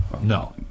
No